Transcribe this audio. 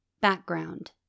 Background